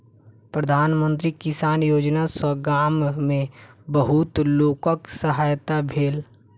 प्रधान मंत्री किसान योजना सॅ गाम में बहुत लोकक सहायता भेल